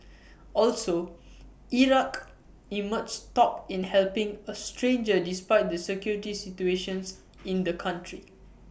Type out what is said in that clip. also Iraq emerged top in helping A stranger despite the security situation in the country